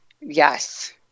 yes